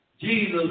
Jesus